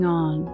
on